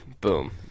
Boom